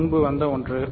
இது முன்பு வந்த ஒன்று